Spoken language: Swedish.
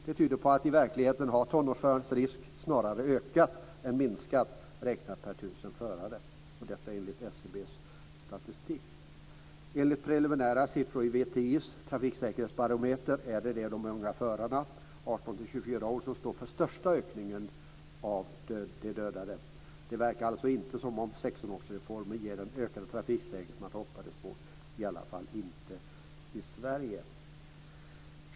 Det tyder på att i verkligheten har risken med tonårsförarna snarare ökat än minskat, räknat per tusen förare, detta enligt SCB:s statistik. Enligt preliminära siffror i VTI:s trafiksäkerhetsbarometer är det de unga förarna, 18-24 år, som står för den största ökningen av dödade. Det verkar alltså inte som om 16-årsreformen ger den ökade trafiksäkerhet som man hoppades på, i alla fall inte i Sverige.